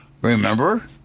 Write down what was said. Remember